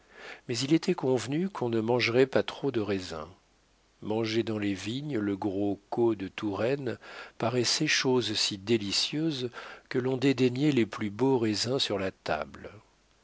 mais il était convenu qu'on ne mangerait pas trop de raisin manger dans les vignes le gros co de touraine paraissait chose si délicieuse que l'on dédaignait les plus beaux raisins sur la table